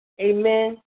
Amen